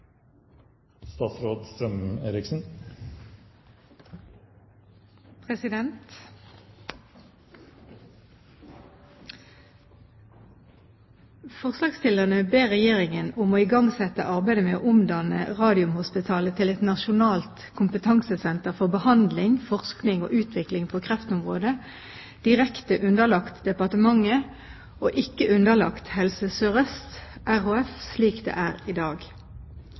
Forslagsstillerne ber Regjeringen om å igangsette arbeidet med å omdanne Radiumhospitalet til et nasjonalt kompetansesenter for behandling, forskning og utvikling på kreftområdet direkte underlagt departementet, og ikke underlagt Helse Sør-Øst RHF, slik det er i dag.